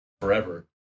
forever